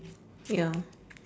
ya